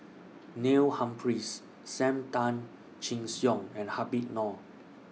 Neil Humphreys SAM Tan Chin Siong and Habib Noh